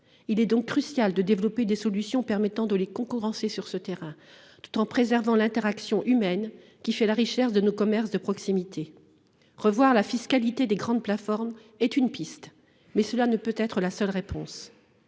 Il est donc crucial de développer des solutions permettant de les concurrencer sur ce terrain tout en préservant l’interaction humaine qui fait la richesse de nos commerces de proximité. Revoir la fiscalité des grandes plateformes est une piste, mais cela ne peut être la seule réponse.